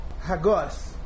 Hagos